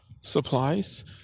supplies